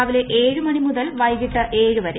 രാവിലെ ഏഴ് മണി മുതൽ വൈകിട്ട് ഏഴ് വരെ